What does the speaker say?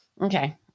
Okay